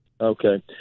okay